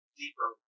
deeper